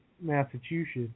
Massachusetts